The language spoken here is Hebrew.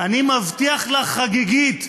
אני מבטיח לך חגיגית,